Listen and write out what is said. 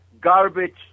garbage